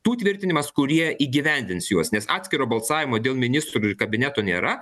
tų tvirtinimas kurie įgyvendins juos nes atskiro balsavimo dėl ministrų ir kabineto nėra